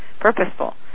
purposeful